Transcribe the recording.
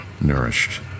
nourished